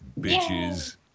Bitches